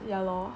ya lor